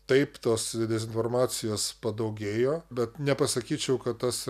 taip tos dezinformacijos padaugėjo bet nepasakyčiau kad tas